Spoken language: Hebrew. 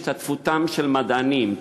השתתפותם של מדענים,